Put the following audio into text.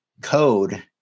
code